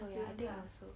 oh ya I think is also